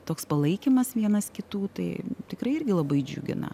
toks palaikymas vienas kitų tai tikrai irgi labai džiugina